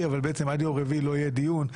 אבל בעצם עד יום רביעי לא יהיה דיון,